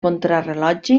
contrarellotge